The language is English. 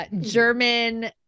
German